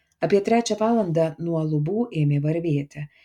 apie trečią valandą nuo lubų ėmė varvėti